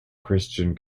christian